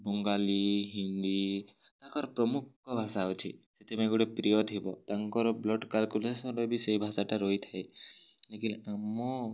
ବଙ୍ଗାଳୀ ହିନ୍ଦୀ ପ୍ରମୁଖ ଭାଷା ଅଛି ସେଥିପାଇଁ ଗୋଟେ ପ୍ରିୟ ଥିବ ତାଙ୍କର ବ୍ଲଡ଼ କାଲ୍କୁଲେସନରେ ବି ସେଇ ଭାଷାଟା ରହିଥାଏ ନାକି ଆମ